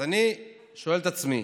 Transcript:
אז אני שואל את עצמי